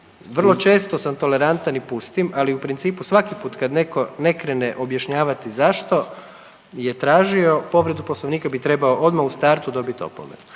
Vrlo često sam tolerantan i pustim, ali u principu svaki put kad neko ne krene objašnjavati zašto je tražio povredu poslovnika bi trebao odma u startu dobiti opomenu.